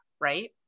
right